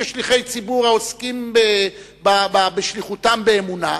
כשליחי ציבור העוסקים בשליחותם באמונה,